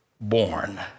born